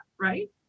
Right